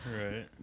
Right